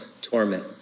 torment